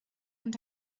und